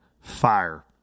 fire